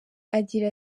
agira